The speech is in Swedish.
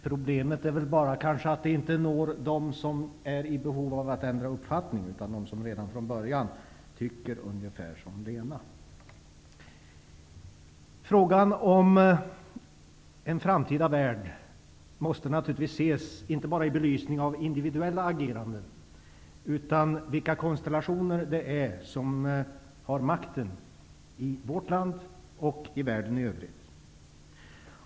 Problemet är väl bara att budskapet inte når dem som behöver ändra uppfattning. I stället når det dem som redan från början tyckt ungefär som Lena Frågan om den framtida världen måste naturligtvis beaktas inte bara i belysning av individuellt agerande utan också i belysning av vad det är för konstellationer som har makten i vårt land och i världen i övrigt.